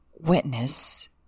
witness